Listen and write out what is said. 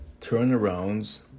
turnarounds